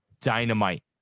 dynamite